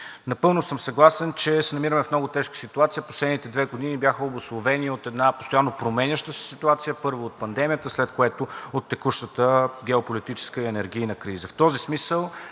Напълно съм съгласен, че се намираме в много тежка ситуация. Последните две години бяха обусловени от една постоянно променяща се ситуация, първо, от пандемията, след което от текущата геополитическа и енергийна криза.